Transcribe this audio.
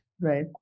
right